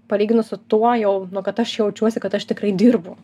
palyginus su tuo jau nu kad aš jaučiuosi kad aš tikrai dirbu